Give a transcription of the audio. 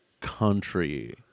country